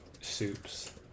soups